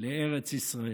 לארץ ישראל.